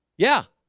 yeah